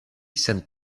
sen